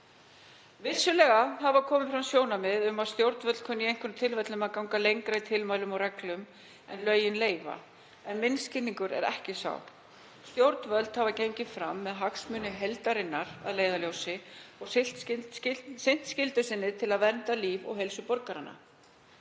Vissulega hafa komið fram sjónarmið um að stjórnvöld kunni í einhverjum tilfellum að ganga lengra í tilmælum og reglum en lögin leyfa. Minn skilningur er ekki sá. Stjórnvöld hafa gengið fram með hagsmuni heildarinnar að leiðarljósi og sinnt skyldu sinni til að vernda líf og heilsu borgaranna.